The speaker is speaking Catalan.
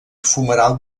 fumeral